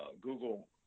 Google